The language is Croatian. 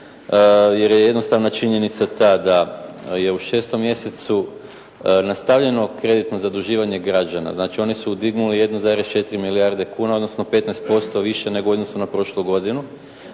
jer je jednostavna činjenica ta da je u 6. mjesecu nastavljeno kreditno zaduživanje građana. Znači oni su dignuli 1,4 milijarde kuna odnosno 15% više nego u odnosu na prošlu godinu